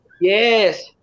Yes